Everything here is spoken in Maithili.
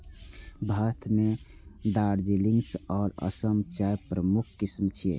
भारत मे दार्जिलिंग आ असम चायक प्रमुख किस्म छियै